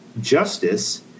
justice